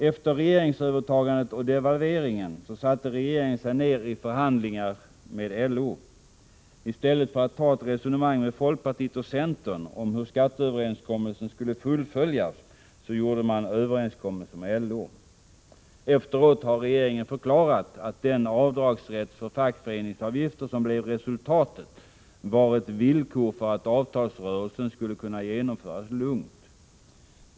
Efter regeringsövertagandet och devalveringen satte regeringen sig ned till förhandlingar med LO. I stället för att ta ett resonemang med folkpartiet och centern om hur skatteöverenskommelsen skulle fullföljas gjorde man en överenskommelse med LO. Efteråt har regeringen förklarat att den rätt till avdrag för fackföreningsavgifter som blev resultatet var ett villkor för att avtalsrörelsen skulle kunna genomföras lugnt.